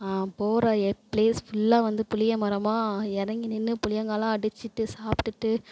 போகற a place ஃபுல்லாக வந்து புளியமரமாக இறங்கி நின்று புளியாங்காய்லாம் அடிச்சிவிட்டு சாப்பிட்டுட்டு